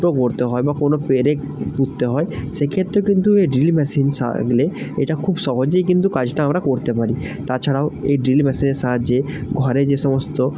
ফুটো করতে হয় বা কোনো পেরেক পুঁততে হয় সেক্ষেত্রে কিন্তু এই ড্রিল মেশিন ছাগলে এটা খুব সহজেই কিন্তু কাজটা আমরা করতে পারি তাছাড়াও এই ড্রিল মেশিনের সাহায্যে ঘরে যে সমস্ত